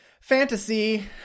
fantasy